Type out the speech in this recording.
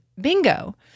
bingo